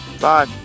Bye